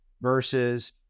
versus